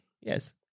Yes